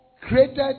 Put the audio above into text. created